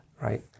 Right